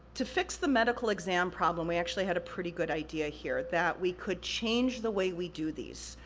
to fix the medical exam problem, we actually had a pretty good idea here, that we could change the way we do these.